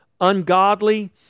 ungodly